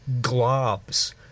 globs